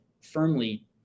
firmly